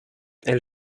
elle